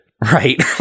Right